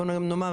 בוא נאמר,